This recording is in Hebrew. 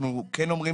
אנחנו כן חושבים